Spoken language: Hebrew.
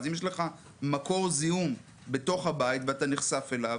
אם יש לך מקור זיהום בתוך הבית ואתה נחשף אליו,